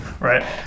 Right